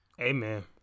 Amen